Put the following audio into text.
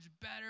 better